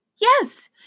Yes